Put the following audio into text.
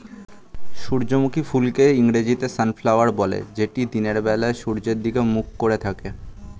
সূর্যমুখী ফুলকে ইংরেজিতে সানফ্লাওয়ার বলে যেটা দিনের বেলা সূর্যের দিকে মুখ করে থাকে